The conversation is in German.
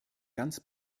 ganz